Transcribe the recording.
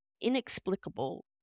inexplicable